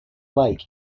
lake